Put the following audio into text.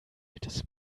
altes